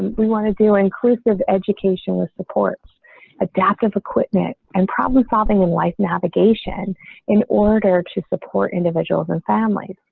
we want to do inclusive education with support adaptive equipment and problem solving and life navigation in order to support individuals and families.